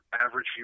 average